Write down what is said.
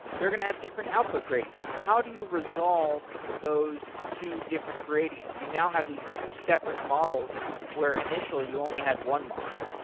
they're going to have different output gradients. how do you resolve those two different gradients? you now have these two separate models where initially only had one model.